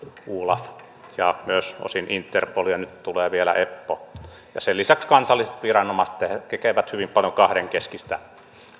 olaf ja osin myös interpol ja nyt tulee vielä eppo sen lisäksi kansalliset viranomaiset tekevät hyvin paljon kahdenkeskistä